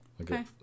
Okay